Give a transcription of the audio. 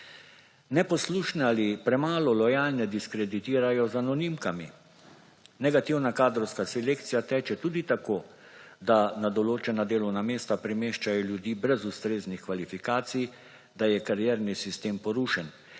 Neposlušne ali premalo lojalne diskreditirajo z anonimkami. Negativna kadrovska selekcija teče tudi tako, da na določena delovna mesta premeščajo ljudi brez ustreznih kvalifikacij, da je karierni sistem porušen,